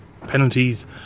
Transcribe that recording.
Penalties